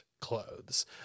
clothes